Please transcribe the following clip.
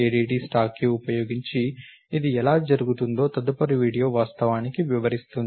ADT స్టాక్ని ఉపయోగించి ఇది ఎలా జరుగుతుందో తదుపరి వీడియో వాస్తవానికి వివరిస్తుంది